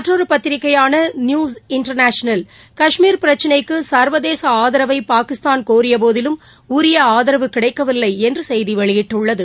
மற்றொரு பத்திரிகையான news international Kashmir பிரச்சினைக்கு சர்வதேச ஆதரவை பாகிஸ்தான் கோரியபோதிலும் உரிய ஆதரவு கிடைக்கவில்லை என்று செய்தி வெளியிட்டுள்ளது